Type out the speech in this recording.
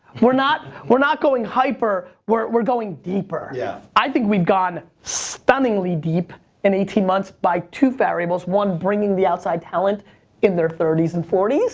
we're not we're not going hyper, we're going deeper. yeah. i think we've gone stunningly deep in eighteen months by two variables. one, bringing the outside talent in their thirty s and forty s,